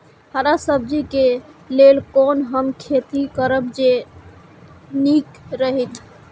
हरा सब्जी के लेल कोना हम खेती करब जे नीक रहैत?